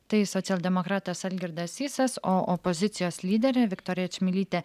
tai socialdemokratas algirdas sysas o opozicijos lyderė viktorija čmilytė